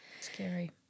Scary